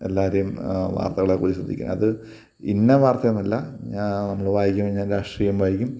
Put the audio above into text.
എല്ലാവരേയും വർത്തകളൊക്കെ ശ്രദ്ധിക്കുന്നത് അത് ഇന്ന വർത്ത എന്നല്ല ഞാൻ നമ്മൾ വായിക്കുന്നത് ഞാൻ രാഷ്ട്രീയം വായിക്കും